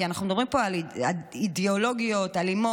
כי אנחנו מדברים פה על אידיאולוגיות אלימות,